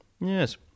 Yes